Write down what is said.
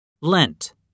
lent